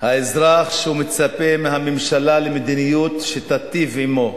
האזרח שמצפה מהממשלה למדיניות שתיטיב עמו,